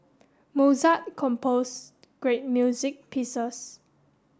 Mozart composed great music pieces